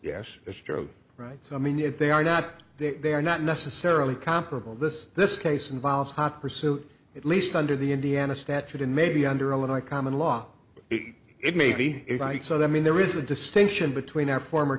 yes it's true right so i mean if they are not there they are not necessarily comparable this this case involves hot pursuit at least under the indiana statute and maybe under a little a common law it maybe if i so that mean there is a distinction between our former